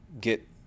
get